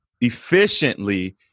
efficiently